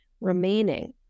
Remaining